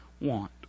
want